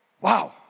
Wow